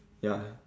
ya